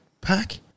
pack